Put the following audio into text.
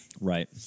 Right